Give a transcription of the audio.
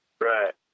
Right